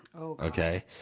Okay